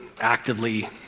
actively